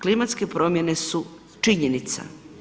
Klimatske promjene su činjenica.